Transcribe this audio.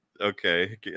Okay